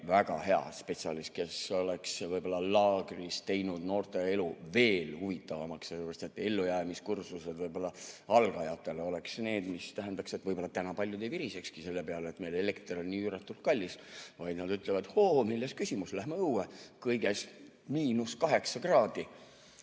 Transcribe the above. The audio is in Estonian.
väga hea spetsialist, kes oleks võib-olla laagris teinud noorte elu veel huvitavamaks. Ellujäämiskursus algajatele [aitaks kaasa], et võib-olla täna paljud ei viriseks selle peale, et meil elekter on nii üüratult kallis, vaid nad ütleksid, et hoo, milles küsimus, lähme õue, kõigest miinus kaheksa kraadi.